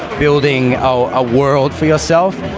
building a world for yourself,